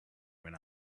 when